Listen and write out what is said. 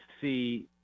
see